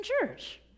church